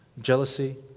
Jealousy